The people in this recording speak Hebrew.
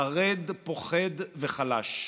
חרד, פוחד וחלש.